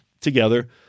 together